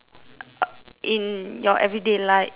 in your everyday life in life exactly